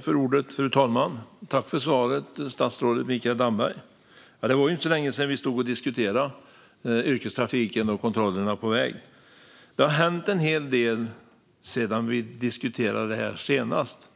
Fru talman! Tack, statsrådet Mikael Damberg, för svaret! Det var inte så länge sedan vi stod här och diskuterade yrkestrafiken och kontrollerna på väg. Det har dock hänt en hel del sedan vi diskuterade detta senast.